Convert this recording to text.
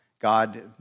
God